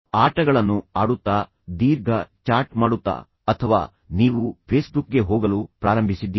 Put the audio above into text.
ಆಟಗಳನ್ನು ಆಡುತ್ತಾ ದೀರ್ಘ ಚಾಟ್ ಮಾಡುತ್ತಾ ಅಥವಾ ನೀವು ಫೇಸ್ಬುಕ್ಗೆ ಹೋಗಲು ಪ್ರಾರಂಭಿಸಿದ್ದೀರಿ